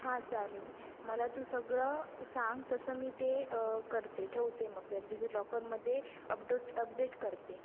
हां चालेल मला तू सगळं सांग तसं मी ते करते ठेवते मग डिजीलॉकरमध्ये अपडोट अपडेट करते